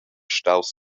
staus